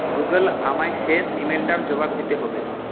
Google আমায় শেষ ইমেলটার জবাব দিতে হবে